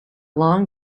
long